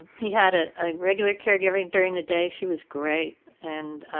he had a ah regular caregiver during the day. she was great and,